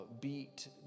beat